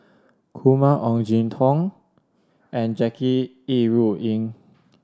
Kumar Ong Jin Teong and Jackie Yi Ru Ying